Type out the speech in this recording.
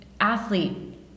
athlete